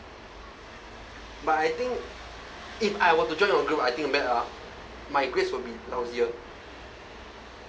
but I think if I were to join your group I think bet ah my grades will be lousier